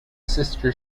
sister